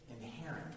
inherent